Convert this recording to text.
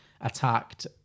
attacked